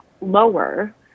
lower